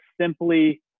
simply